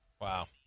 Wow